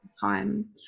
time